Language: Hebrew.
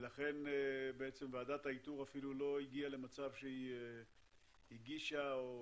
ולכן ועדת האיתור אפילו לא הגיעה למצב שהגישה או